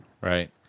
Right